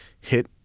hit